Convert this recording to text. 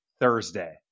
Thursday